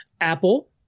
Apple